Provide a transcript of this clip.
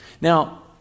Now